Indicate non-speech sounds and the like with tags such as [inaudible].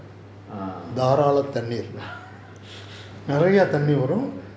ah [laughs]